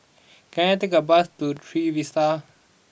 can I take a bus to Trevista